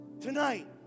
tonight